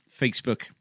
Facebook